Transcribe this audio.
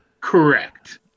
Correct